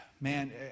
man